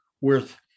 worth